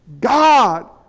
God